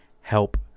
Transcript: help